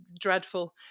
dreadful